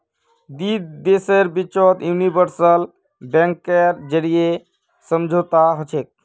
दी देशेर बिचत यूनिवर्सल बैंकेर जरीए समझौता हछेक